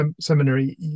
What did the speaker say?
seminary